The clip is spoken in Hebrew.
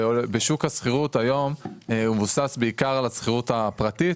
שוק השכירות היום מבוסס בעיקר על השכירות הפרטית,